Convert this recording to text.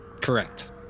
Correct